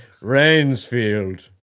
rainsfield